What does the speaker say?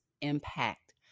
impact